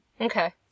Okay